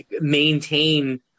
maintain